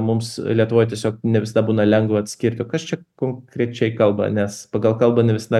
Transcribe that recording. mums lietuvoj tiesiog ne visada būna lengva atskirti o kas čia konkrečiai kalba nes pagal kalbą ne visada